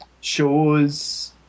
shows